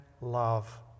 love